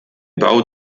bau